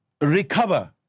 recover